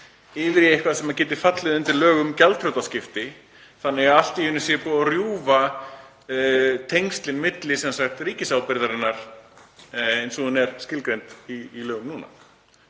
yfir í eitthvað sem geti fallið undir lög um gjaldþrotaskipti þannig að allt í einu sé búið að rjúfa tengslin milli ríkisábyrgðarinnar eins og hún er skilgreind í lögum núna.